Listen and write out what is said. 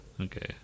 okay